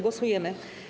Głosujemy.